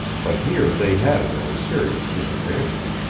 but here they had him at a serious disadvantage.